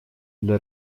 для